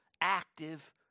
active